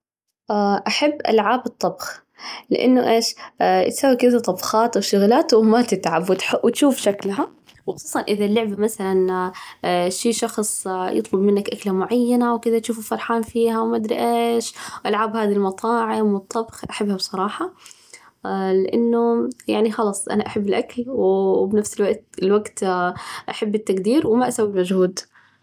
أحب ألعاب الطبخ لأنه إيش؟ يسوي كذا طبخات وشغلات وما تتعب وتح وتشوف شكلها، وخصوصًا إذا اللعبة مثلاً في شخص يطلب منك أكلة معينة وكذا تشوفه فرحان فيها وما أدري إيش، والألعاب هذه المطاعم والطبخ أحبها الصراحة، لأنه يعني خلاص أنا أحب الأكل وبنفس الوقت أحب التقدير وما أسوي مجهود.